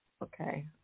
Okay